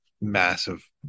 massive